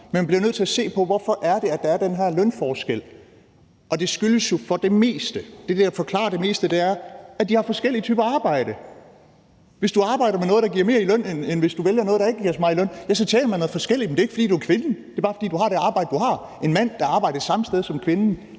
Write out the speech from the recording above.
men vi bliver nødt til at se på, hvorfor der er den her lønforskel, og det skyldes jo for det meste, at de har forskellige typer arbejde. Hvis du arbejder med noget, der giver mere i løn i forhold til noget, der ikke giver så meget i løn, så tjener man noget forskelligt, men det er ikke, fordi du er kvinde. Det er, fordi du har det arbejde, du har. En mand, som arbejder samme sted som kvinden,